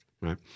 right